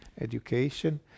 education